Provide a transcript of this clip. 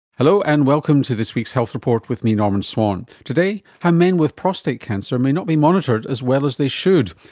hello, and welcome to this week's health report with me, norman swan. today, how men with prostate cancer may not be monitored as well as they should.